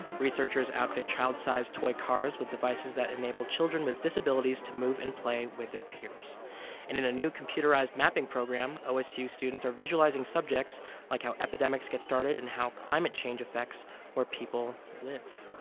researchers outfit child-sized toy cars with devices that enable children with disabilities to move and play with their peers. and in a new computerized mapping program, osu students are visualizing subjects like how epidemics get started and how climate change affects where people live.